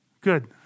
good